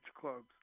clubs